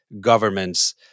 governments